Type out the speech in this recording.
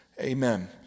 Amen